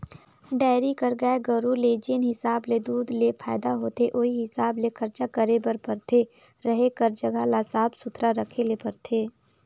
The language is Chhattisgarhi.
डेयरी कर गाय गरू ले जेन हिसाब ले दूद ले फायदा होथे उहीं हिसाब ले खरचा करे बर परथे, रहें कर जघा ल साफ सुथरा रखे ले परथे